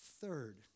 Third